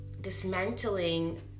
dismantling